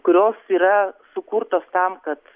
kurios yra sukurtos tam kad